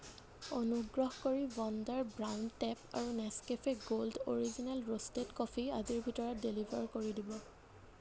অনুগ্ৰহ কৰি wonder brown tape আৰু Nescafe gold original roasted coffee আজিৰ ভিতৰতে ডেলিভাৰ কৰি দিব